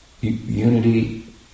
unity